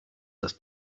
das